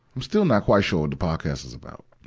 i'm still not quite sure what the podcast is about,